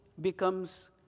becomes